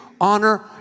Honor